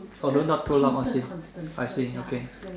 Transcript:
orh don't talk too loud I see I see okay